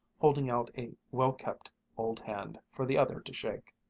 holding out a well-kept old hand for the other to shake.